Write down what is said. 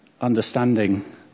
understanding